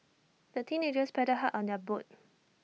the teenagers paddled hard on their boat